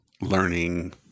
learning